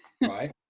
Right